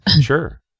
Sure